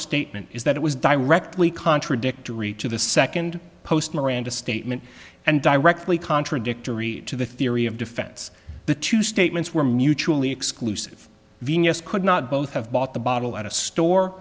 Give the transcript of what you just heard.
statement is that it was directly contradictory to the second post miranda statement and directly contradictory to the theory of defense the two statements were mutually exclusive vs could not both have bought the bottle at a store